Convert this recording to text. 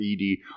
ED